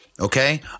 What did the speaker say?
Okay